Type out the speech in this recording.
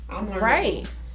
Right